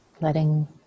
letting